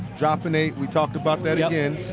dropping eight. we talked about that again.